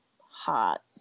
hot